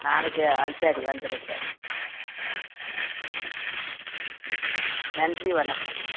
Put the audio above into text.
நாளைக்கா ஆ சரி வந்துடுறேன் சார் ஆ நன்றி வணக்கம்